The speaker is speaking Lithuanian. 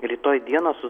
rytoj dienos